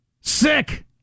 Sick